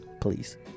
Please